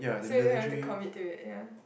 so you don't have to commit to it ya